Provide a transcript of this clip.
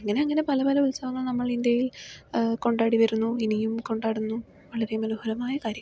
അങ്ങനെ അങ്ങനെ പല പല ഉത്സവങ്ങൾ നമ്മൾ ഇന്ത്യയിൽ കൊണ്ടാടി വരുന്നു ഇനിയും കൊണ്ടാടുന്നു വളരെ മനോഹരമായ കാര്യങ്ങൾ